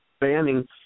banning